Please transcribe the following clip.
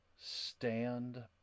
Stand